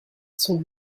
sont